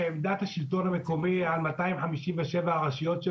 שעמדת השלטון המקומי על 257 הרשויות,